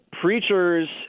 preachers